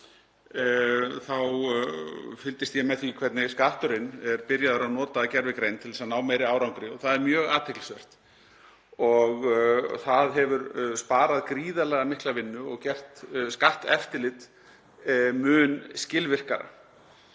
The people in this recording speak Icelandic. fylgdist ég með því hvernig Skatturinn er byrjaður að nota gervigreind til að ná meiri árangri. Það er mjög athyglisvert, hefur sparað gríðarlega mikla vinnu og gert skatteftirlit mun skilvirkara.